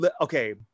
okay